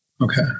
Okay